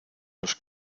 los